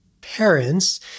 parents